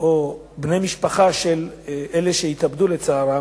ובני משפחה של כאלה שהתאבדו, לצערם,